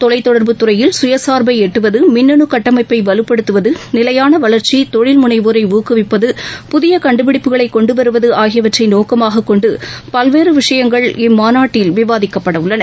தொலைத் தொடர்புத் துறையில் சுயசார்பை எட்டுவது மின்னனு கட்டமைப்பை வலுப்படுத்துவது நிலையான வளர்ச்சி தொழில்முனைவோரை ஊக்குவிப்பது புதிய கண்டுபிடிப்புகளை கொண்டு வருவது ஆகியவற்றை நோக்கமாக கொண்டு பல்வேறு விஷயங்கள் இம்மாநாட்டில் விவாதிக்கப்படவுள்ளன